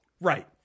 Right